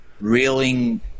reeling